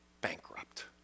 bankrupt